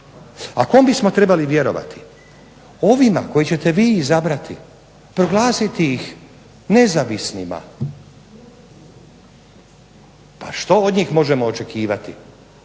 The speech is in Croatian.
A kom bismo trebali vjerovati, ovima koje ćete vi izabrati, proglasiti ih nezavisnima? Pa što od njih možemo očekivati